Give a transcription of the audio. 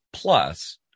Plus